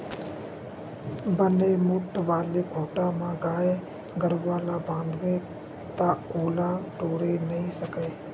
बने मोठ्ठ वाले खूटा म गाय गरुवा ल बांधबे ता ओला टोरे नइ सकय